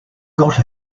got